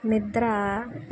నిద్ర